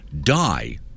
die